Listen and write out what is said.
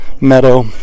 meadow